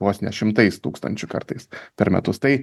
vos ne šimtais tūkstančių kartais per metus tai